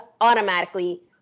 automatically